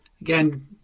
Again